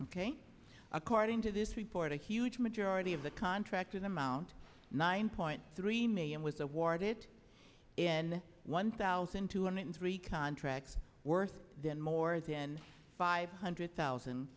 ok according to this report a huge majority of the contract with amount nine point three million was awarded in one thousand two hundred three contracts worth then more than five hundred thousand